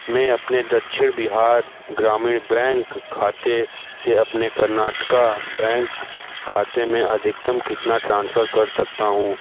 मैं अपने दक्षिण बिहार ग्रामीण बैंक खाते से अपने कर्नाटक बैंक खाते में अधिकतम कितना ट्रांसफ़र कर सकता हूँ